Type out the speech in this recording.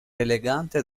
elegante